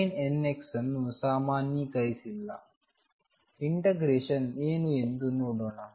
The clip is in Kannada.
sin nx ಅನ್ನು ಸಾಮಾನ್ಯೀಕರಿಸಲಾಗಿಲ್ಲ ಇಂಟಗ್ರೇಶನ್ ಏನು ಎಂದು ನೋಡೋಣ